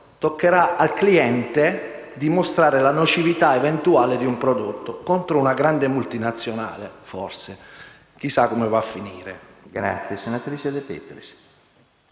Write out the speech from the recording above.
Toccherà al cliente dimostrare la nocività eventuale di un prodotto contro una grande multinazionale, forse. Chissà come va a finire. [DE